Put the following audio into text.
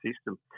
system